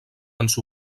ens